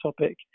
topic